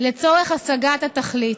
לצורך השגת התכלית.